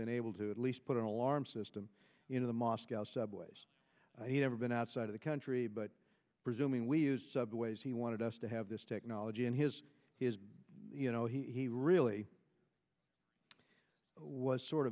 been able to at least put an alarm system into the moscow subways he'd never been outside of the country but presuming we use subways he wanted us to have this technology in his you know he really was sort